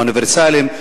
האוניברסליים,